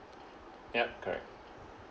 yup correct